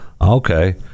okay